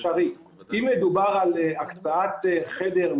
אם מדובר על הקצאת חדר,